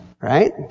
Right